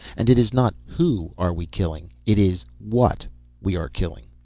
and it is not who are we killing it is what we are killing.